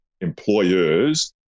employers